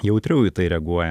jautriau į tai reaguoja